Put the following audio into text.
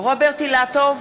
רוברט אילטוב,